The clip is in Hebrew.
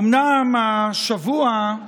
אומנם השבוע,